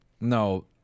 no